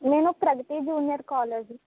నేను Pragati junior college